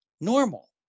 Normal